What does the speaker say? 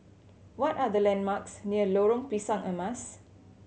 what are the landmarks near Lorong Pisang Emas